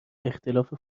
اختلاف